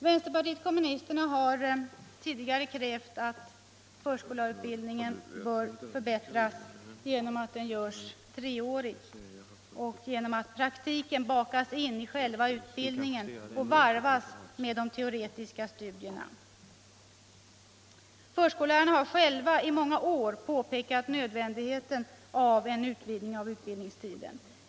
Vänsterpartiet kommunisterna har tidigare krävt att förskollärarutbildningen skall förbättras genom att den görs treårig och genom att praktiken bakas in i själva utbildningen och varvas med de teoretiska studierna. Förskollärarna har själva i många år påpekat nödvändigheten av en utvidgning av utbildningstiden.